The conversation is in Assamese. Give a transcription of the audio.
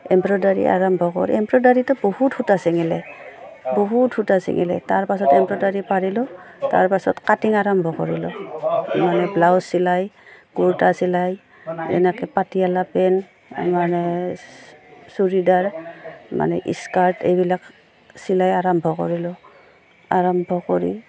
এম্ব্ৰইডাৰী আৰম্ভ কৰ এম্ব্ৰইডাৰীটো বহুত সূতা ছিঙিলে বহুত সূতা ছিঙিলে তাৰ পাছত এম্ব্ৰইডাৰী পাৰিলোঁ তাৰ পাছত কাটিং আৰম্ভ কৰিলোঁ মানে ব্লাউজ চিলাই কুৰ্তা চিলাই যেনেকৈ পতিয়লা পেণ্ট মানে চুৰিদাৰ মানে স্কাৰ্ট এইবিলাক চিলাই আৰম্ভ কৰিলোঁ আৰম্ভ কৰি